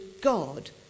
God